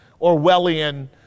Orwellian